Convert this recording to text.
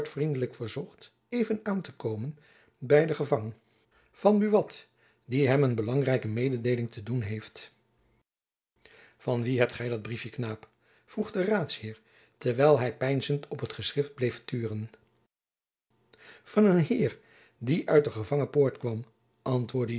vriendelijk verzocht even aan te komen by den gevang buat die hem een belangrijke mededeeling te doen heeft van wien hebt gy dat briefjen knaap vroeg de raadsheer terwijl hy peinzend op het schrift bleef turen van een heir die uit de gevangenpoort kwam